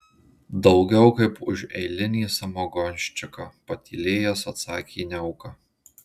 daugiau kaip už eilinį samagonščiką patylėjęs atsakė niauka